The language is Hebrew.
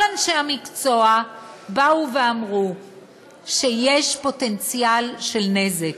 כל אנשי המקצוע באו ואמרו שיש פוטנציאל של נזק,